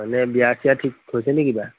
মানে বিয়া চিয়া ঠিক হৈছে নেকি কিবা